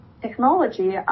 technology